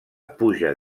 puja